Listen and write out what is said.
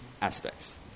aspects